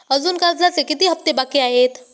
अजुन कर्जाचे किती हप्ते बाकी आहेत?